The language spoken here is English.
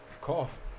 cough